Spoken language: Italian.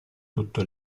tutto